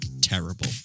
terrible